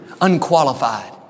unqualified